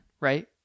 right